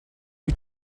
wyt